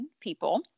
people